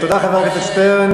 תודה, חבר הכנסת שטרן.